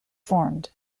formed